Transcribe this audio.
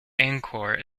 angkor